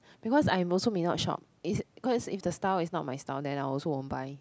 because I'm also may not shop is because if the style is not my style then I also won't buy